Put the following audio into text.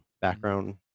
background